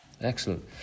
Excellent